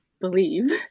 believe